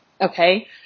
Okay